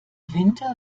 winter